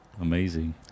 amazing